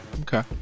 Okay